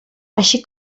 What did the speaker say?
així